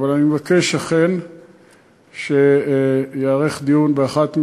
אבל אני מבקש אכן שייערך דיון באחת מהוועדות.